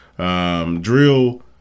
Drill